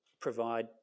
provide